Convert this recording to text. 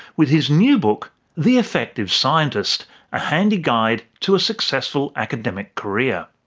with his new book the effective scientist a handy guide to a successful academic career.